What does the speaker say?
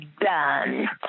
done